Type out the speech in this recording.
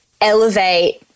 elevate